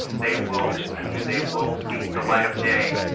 they will continue. they will see the light of day,